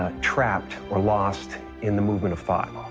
ah trapped or lost in the movement of thought.